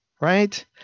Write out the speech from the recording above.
right